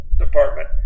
department